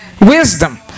Wisdom